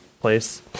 place